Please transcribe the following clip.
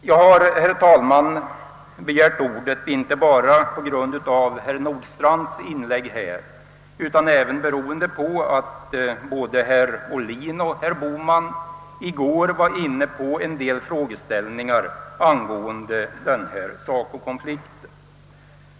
Jag har, herr talman, begärt ordet inte bara på grund av herr Nordstrandhs inlägg utan även därför att herr Ohlin och herr Bohman i går var inne på en del frågor beträffande SACO-konflikten.